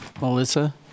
Melissa